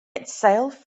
itself